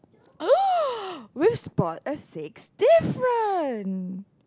we spot a six different